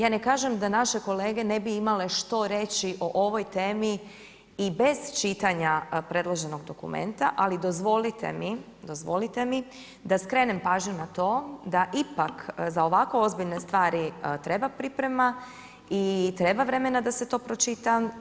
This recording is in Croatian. Ja ne kažem da naše kolege ne bi imale što reći o ovoj temi i bez čitanja predloženog dokumenta ali dozvolite mi, dozvolite mi da skrenem pažnju na to da ipak za ovako ozbiljne stvari treba priprema i treba vremena da se to pročita.